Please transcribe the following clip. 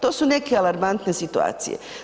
To su neke alarmantne situacije.